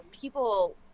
people